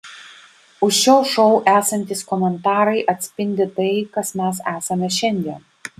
už šio šou esantys komentarai atspindi tai kas mes esame šiandien